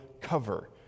cover